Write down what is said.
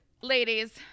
ladies